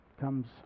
comes